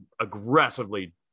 aggressively